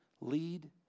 Lead